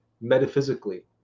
metaphysically